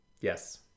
Yes